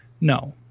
No